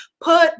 put